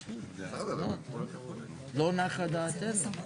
זה לא נכון לומר שאנחנו לא עושים שום עבודה.